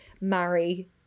marry